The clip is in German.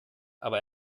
aber